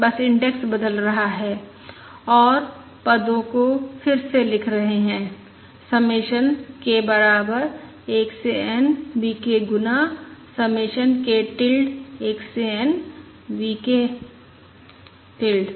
बस इंडेक्स बदल रहा है और पदो को फिर से लिख रहे है समेशन k बराबर 1 से N V k गुना समेशन k टिल्ड 1 से N V k टिल्ड